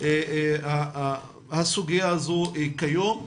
הסוגיה הזו כיום,